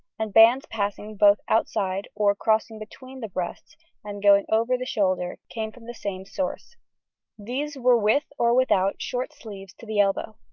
and bands passing both outside or crossing between the breasts and going over the shoulder came from the same source these were with, or without, short sleeves to the elbow.